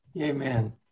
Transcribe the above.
Amen